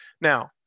Now